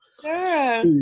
Sure